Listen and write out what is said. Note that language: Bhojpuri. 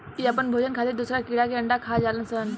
इ आपन भोजन खातिर दोसरा कीड़ा के अंडा खा जालऽ सन